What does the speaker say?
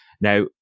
now